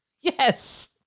Yes